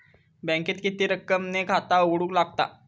बँकेत किती रक्कम ने खाता उघडूक लागता?